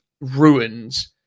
ruins